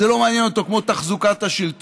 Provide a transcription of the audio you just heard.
זה לא מעניין אותו כמו תחזוקת השלטון,